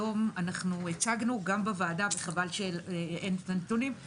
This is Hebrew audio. הצגנו גם בוועדה וחבל שאין את הנתונים.